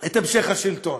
את המשך השלטון.